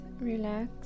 relax